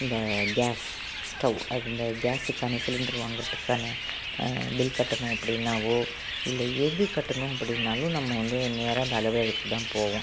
இந்த gas stove அது இந்த கேஸுக்கான சிலிண்ரு வாங்குகிறதுக்கான பில் கட்டணும் அப்படின்னாவோ இல்லை எது கட்டணும் அப்படினாலும் நம்ம வந்து நேராக அந்த அலுவலகத்துக்கு தான் போவோம்